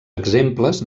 exemples